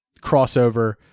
crossover